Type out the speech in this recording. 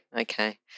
Okay